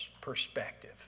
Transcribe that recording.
perspective